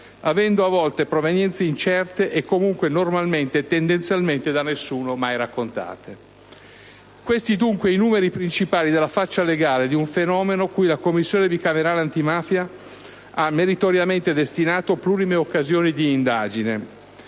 avendo a volte provenienze incerte e comunque normalmente e tendenzialmente da nessuno mai raccontate. Questi, dunque, i numeri principali della faccia legale di un fenomeno cui la Commissione bicamerale antimafia ha meritoriamente destinato plurime occasioni di indagine,